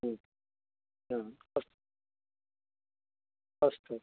अस् अस्तु